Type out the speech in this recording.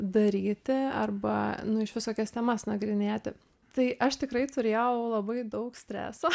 daryti arba nu išvis kokias temas nagrinėti tai aš tikrai turėjau labai daug streso